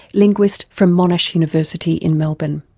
linguist from monash university in melbourne.